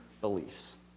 beliefs